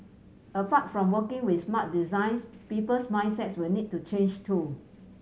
apart from working with smart designs people's mindsets will need to change too